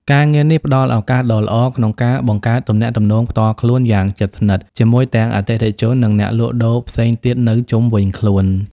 ការងារនេះផ្ដល់ឱកាសដ៏ល្អក្នុងការបង្កើតទំនាក់ទំនងផ្ទាល់ខ្លួនយ៉ាងជិតស្និទ្ធជាមួយទាំងអតិថិជន និងអ្នកលក់ដូរផ្សេងទៀតនៅជុំវិញខ្លួន។